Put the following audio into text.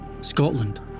Scotland